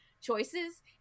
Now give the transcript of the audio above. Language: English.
choices